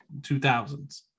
2000s